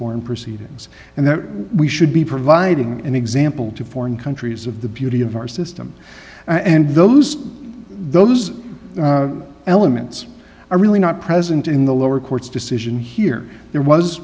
inform proceedings and that we should be providing an example to foreign countries of the beauty of our system and those those elements are really not present in the lower court's decision here there was